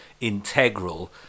integral